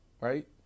right